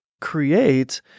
create